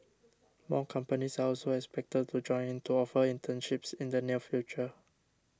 more companies are also expected to join in to offer internships in the near future